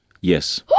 Yes